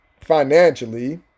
financially